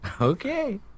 Okay